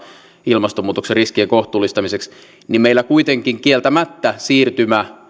ilmastonmuutoksen riskien kohtuullistamiseksi meillä kuitenkin kieltämättä siirtymä